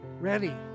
ready